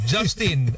Justin